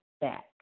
back